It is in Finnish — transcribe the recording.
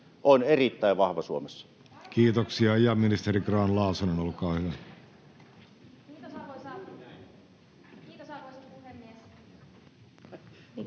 on erittäin vahva Suomessa. Kiitoksia. — Ja ministeri Grahn-Laasonen, olkaa hyvä. Kiitos, arvoisa puhemies!